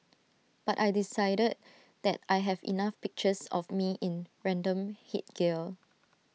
but I decided that I have enough pictures of me in random headgear